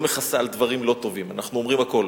לא מכסה על דברים לא טובים, אנחנו אומרים הכול,